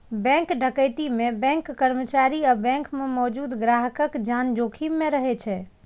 bank डकैती मे bank कर्मचारी आ बैंक मे मौजूद ग्राहकक जान जोखिम मे रहै छै